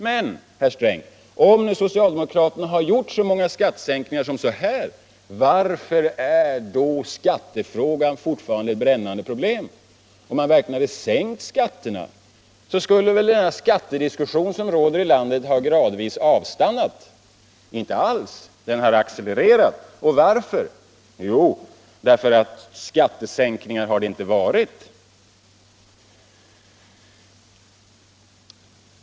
Men, herr Sträng, om nu socialdemokraterna har genomfört så många skattesänkningar, varför är då skattefrågan fortfarande ett brännande problem? Om man verkligen hade sänkt skatterna, skulle väl den skattediskussion som förs i landet gradvis ha avstannat? Det har den inte alls gjort. Den diskussionen har accelererat. Varför? Därför att skattesänkningar har det inte varit.